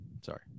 Sorry